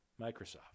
Microsoft